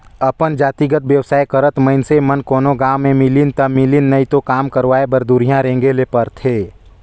अपन जातिगत बेवसाय करत मइनसे मन कोनो गाँव में मिलिन ता मिलिन नई तो काम करवाय बर दुरिहां रेंगें ले परथे